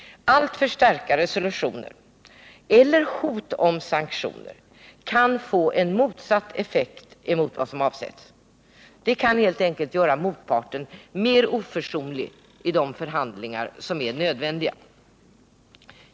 Alltför starka resolutioner eller hot om sanktioner kan få en motsatt effekt mot vad som avsetts. Det kan helt enkelt göra motparten mer oförsonlig i de förhandlingar som är nödvändiga.